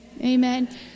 Amen